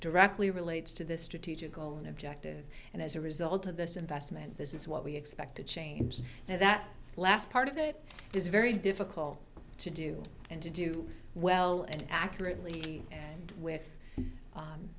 directly relates to the strategic goal and objective and as a result of this investment this is what we expect to change now that last part of it is very difficult to do and to do well and accurately and with